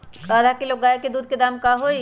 आधा किलो गाय के दूध के का दाम होई?